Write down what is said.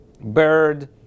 bird